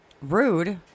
Rude